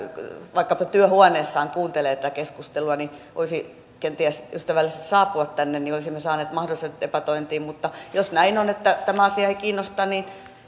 vaikkapa työhuoneessaan kuuntelee tätä keskustelua hän voisi kenties ystävällisesti saapua tänne ja olisimme saaneet mahdollisuuden debatointiin mutta jos näin on että tämä asia ei kiinnosta niin